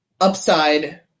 upside